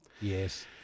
Yes